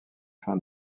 fin